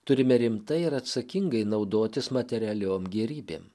turime rimtai ir atsakingai naudotis materialiom gėrybėm